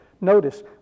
Notice